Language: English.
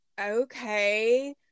Okay